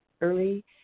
early